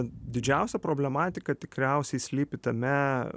didžiausia problematika tikriausiai slypi tame